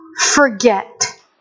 forget